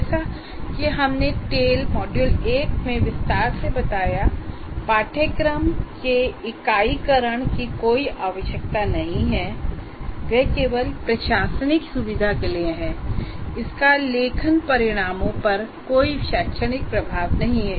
जैसा कि हमने टेल मॉड्यूल 1 में विस्तार से बताया है पाठ्यक्रम के इकाईकरण की कोई आवश्यकता नहीं है वह केवल प्रशासनिक सुविधा के लिए हैं और इसका लेखन परिणामों पर कोई शैक्षणिक प्रभाव नहीं है